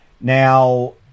Now